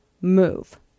move